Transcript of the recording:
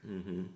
mmhmm